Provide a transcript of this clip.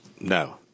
No